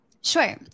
Sure